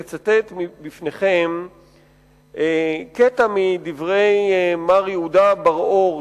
לצטט בפניכם קטע מדברי יהודה בר-אור,